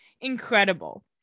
Incredible